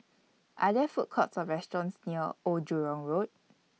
Are There Food Courts Or restaurants near Old Jurong Road